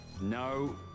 No